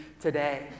today